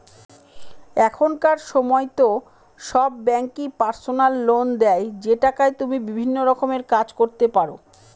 এখনকার সময়তো সব ব্যাঙ্কই পার্সোনাল লোন দেয় যে টাকায় তুমি বিভিন্ন রকমের কাজ করতে পারো